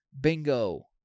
Bingo